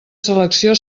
selecció